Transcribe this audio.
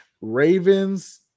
Ravens